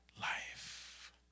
life